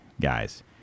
guys